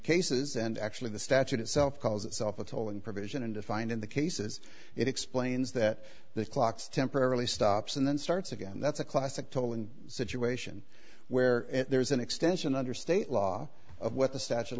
cases and actually the statute itself calls itself a tolling provision and defined in the cases it explains that the clock's temporarily stops and then starts again that's a classic tolling situation where there's an extension under state law of what the statute of